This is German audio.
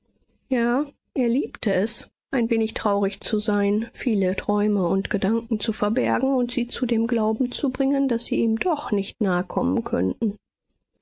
ja er liebte es ein wenig traurig zu sein viele träume und gedanken zu verbergen und sie zu dem glauben zu bringen daß sie ihm doch nicht nahkommen könnten